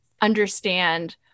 understand